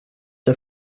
der